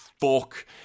fuck